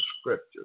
scriptures